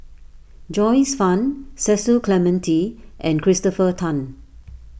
Joyce Fan Cecil Clementi and Christopher Tan